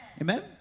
Amen